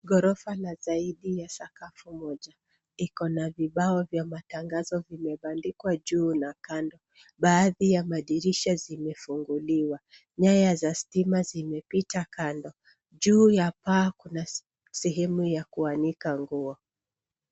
Ghorofa la zaidi ya sakafu moja Iko na vibao vya matangazo vimebandikwa juu na kando. Baadhi ya madirisha zimefunguliwa. Nyaya za stima zimepita kando. Juu ya paa kuna sehemu ya kuanika nguo.